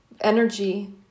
energy